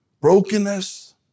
Brokenness